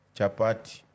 Chapati